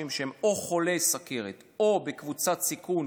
שהם או חולי סוכרת או בקבוצת סיכון,